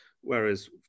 whereas